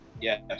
Yes